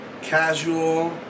casual